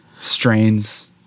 strains